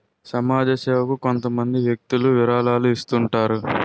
సమాజ సేవకు కొంతమంది వ్యక్తులు విరాళాలను ఇస్తుంటారు